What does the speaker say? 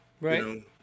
Right